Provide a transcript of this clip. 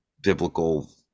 biblical